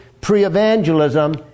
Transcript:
pre-evangelism